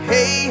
Hey